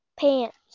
Pants